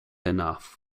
enough